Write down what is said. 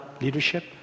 leadership